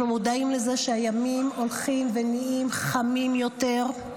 אנחנו מודעים לזה שהימים הולכים ונהיים חמים יותר.